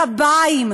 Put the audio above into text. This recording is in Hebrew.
קביים.